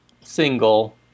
single